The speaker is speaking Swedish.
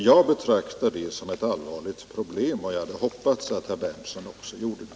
Jag betraktar det som ett allvarligt problem, och jag hoppades att också herr Berndtson skulle göra det.